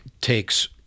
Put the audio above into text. takes